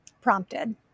prompted